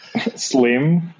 Slim